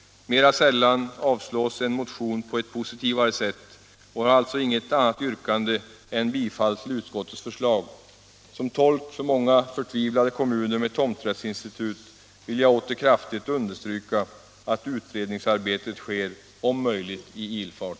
Mera sällan avstyrks en motion på ett positivare sätt och jag har alltså inget annat yrkande än bifall till utskottets förslag. Som tolk för många förtvivlade kommuner med tomträttsinstitut vill jag åter kraftigt understryka betydelsen av att utredningsarbetet om möjligt sker i ilfart.